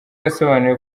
yasobanuye